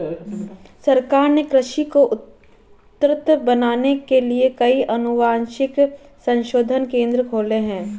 सरकार ने कृषि को उन्नत बनाने के लिए कई अनुवांशिक संशोधन केंद्र खोले हैं